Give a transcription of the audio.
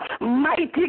mighty